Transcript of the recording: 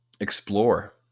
explore